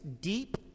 deep